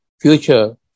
future